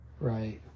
Right